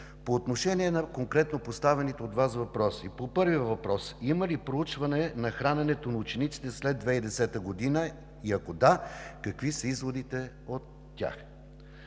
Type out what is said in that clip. По отношение на конкретно поставените от Вас въпроси. По първия въпрос: има ли проучване на храненето на учениците след 2010 г. и ако да, какви са изводите от тях?